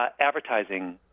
advertising